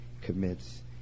commits